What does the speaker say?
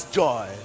joy